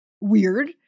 weird